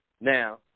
Now